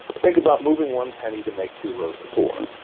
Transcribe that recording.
think about moving one penny to make two rows of four.